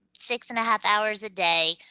six and a half hours a day,